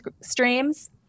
streams